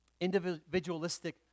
individualistic